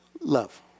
Love